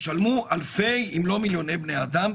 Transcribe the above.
ישלמו אלפי אם לא מיליוני בני אדם,